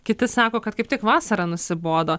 kiti sako kad kaip tik vasara nusibodo